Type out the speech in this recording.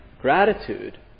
Gratitude